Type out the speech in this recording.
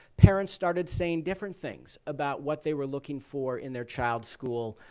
parents started saying different things about what they were looking for in their child's school,